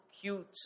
cute